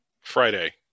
Friday